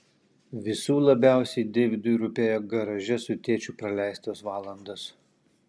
visų labiausiai deividui rūpėjo garaže su tėčiu praleistos valandos